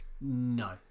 No